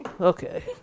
okay